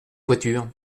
voiture